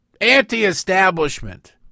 anti-establishment